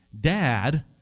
dad